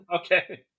Okay